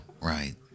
right